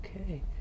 Okay